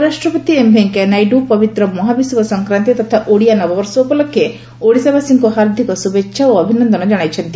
ଉପରାଷ୍ଟ୍ରପତି ଏମ୍ ଭେଙ୍କେୟା ନାଇଡୁ ପବିତ୍ର ମହାବିଷୁବ ସଂକ୍ରାନ୍ଡି ତଥା ଓଡ଼ିଆ ନବବର୍ଷ ଉପଲକ୍ଷେ ଓଡ଼ିଶାବାସୀଙ୍କୁ ହାର୍ଦ୍ଦିକ ଶୁଭେଛା ଓ ଅଭିନନ୍ଦନ ଜଶାଇଛନ୍ତି